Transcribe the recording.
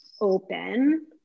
open